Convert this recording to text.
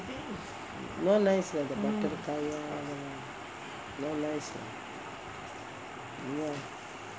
not nice lah the butter kaya not nice lah